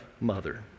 mother